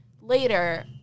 later